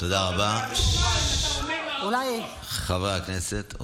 תודה רבה, חברי הכנסת.